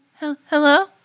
Hello